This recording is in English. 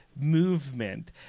movement